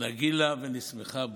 נגילה ונשמחה בו".